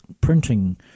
printing